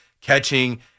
catching